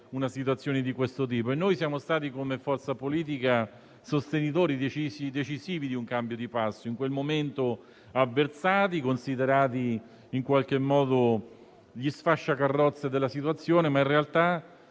una situazione di questo tipo. Come forza politica siamo stati sostenitori decisivi di un cambio di passo, in quel momento avversati, considerati in qualche modo gli sfasciacarrozze della situazione, mentre